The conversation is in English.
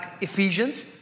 Ephesians